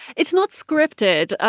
it's not scripted,